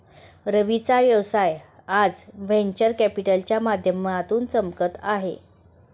रवीचा व्यवसाय आज व्हेंचर कॅपिटलच्या माध्यमातून चमकत आहे